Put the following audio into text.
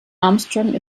armstrong